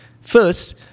First